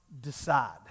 decide